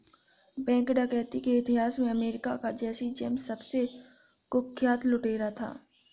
bank डकैती के इतिहास में अमेरिका का जैसी जेम्स सबसे कुख्यात लुटेरा था